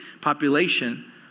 population